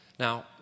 Now